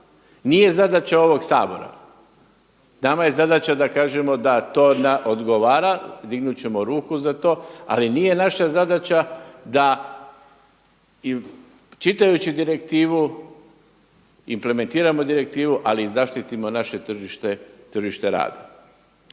Nije zadaća ovog Sabora. Nama je zadaća da kažemo da to nama odgovara, dignut ćemo ruku za to ali nije naša zadaća da i čitajući direktivu, implementiramo direktivu ali i zaštitimo naše tržište rada.